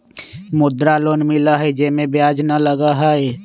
मुद्रा लोन मिलहई जे में ब्याज न लगहई?